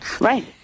Right